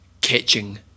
catching